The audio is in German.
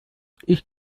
ich